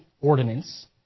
ordinance